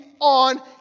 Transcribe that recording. on